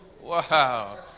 Wow